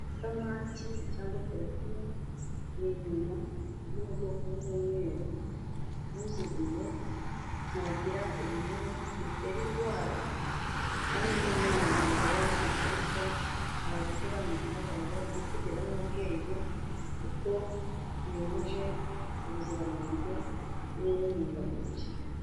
Isamaki cyangwa terapiya ni inyama yo mu bwoko bw'umweru, uziriye ntagira ibinure bitera indwara, kandi n'umwana wayibonye akayirya arakura mu gihagararo ndetse agira n'ubwenge, kuko yujuje ubuziranenge n'intungamubiri.